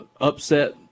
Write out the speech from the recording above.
upset